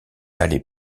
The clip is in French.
allée